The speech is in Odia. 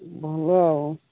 ଭଲ ଆଉ